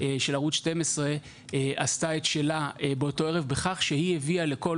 של ערוץ 12 עשתה את שלה באותו ערב בכך שהיא הביאה לכל